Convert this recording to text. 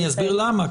אני אסביר למה.